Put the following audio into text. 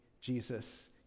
Jesus